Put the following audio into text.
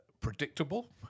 predictable